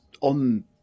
on